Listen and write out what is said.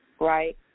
right